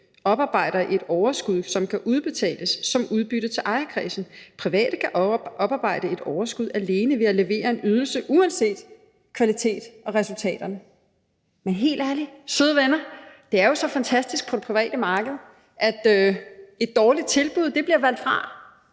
oparbejder et overskud, som kan udbetales som udbytte til ejerkredsen. Private kan oparbejde et overskud alene ved at levere en ydelse uanset kvaliteten og resultaterne.« Men helt ærligt, søde venner, det er jo så fantastisk på det private marked, at et dårligt tilbud bliver valgt fra,